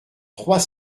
trois